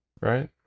right